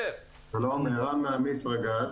ערן מאמישרגז.